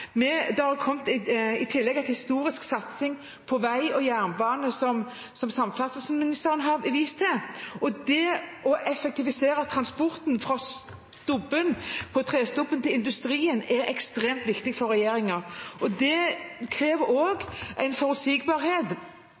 i tillegg til en historisk satsing på vei og jernbane, som samferdselsministeren har vist til. Det å effektivisere transporten fra trestubbe til industri er ekstremt viktig for regjeringen. Det krever også en forutsigbarhet,